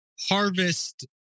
harvest